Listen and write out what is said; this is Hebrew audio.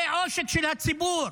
זה עושק של הציבור.